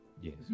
Yes